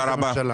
תודה רבה.